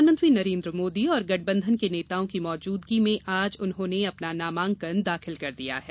प्रधानमंत्री नरेन्द्र मोदी और गठबंधन के नेताओं की मौजूदगी में आज उन्होंने अपना नामांकन दाखिल कर दिया है